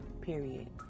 period